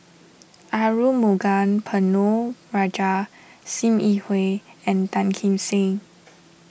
Arumugam Ponnu Rajah Sim Yi Hui and Tan Kim Seng